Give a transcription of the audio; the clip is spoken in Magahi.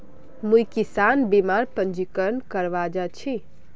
मुई किसान बीमार पंजीकरण करवा जा छि